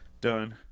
done